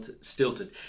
stilted